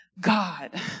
God